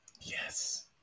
Yes